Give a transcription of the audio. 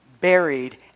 buried